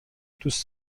دوست